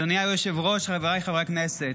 אדוני היושב-ראש, חבריי חברי הכנסת,